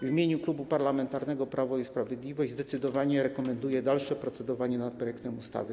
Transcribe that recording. W imieniu Klubu Parlamentarnego Prawo i Sprawiedliwość zdecydowanie rekomenduję dalsze procedowanie nad projektem ustawy.